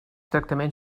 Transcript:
tractament